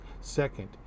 Second